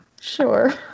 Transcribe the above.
Sure